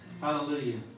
hallelujah